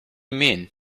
mean